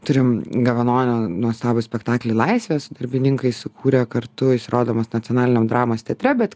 turim gavenonio nuostabų spektaklį laisvė su darbininkai sukūrę kartu jis rodomas nacionaliniam dramos teatre bet